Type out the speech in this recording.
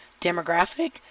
demographic